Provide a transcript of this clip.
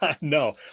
No